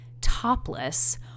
topless